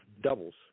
doubles